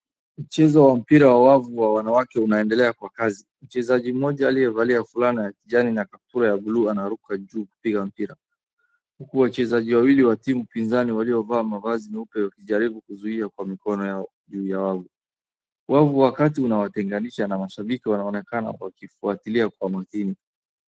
Mchezo wa mpira wa wavu wa wanawake unaendelea kwa kasi. Mchezaji mmoja aliyevalia fulana ya kijani na kaptura ya bluu anaruka juu kupiga mpira. huku wachezaji wawili wa timu pinzani waliovaa mavazi meupe wamejaribu kuzuia kwa mikono yao juu ya wavu. Wavu wakati unawatenganisha na mashabiki wanaonekana wakifuatiliakwa makini.